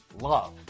love